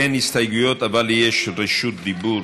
אין הסתייגויות אבל יש רשות דיבור,